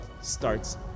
starts